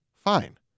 Fine